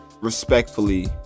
Respectfully